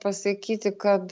pasakyti kad